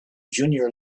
junior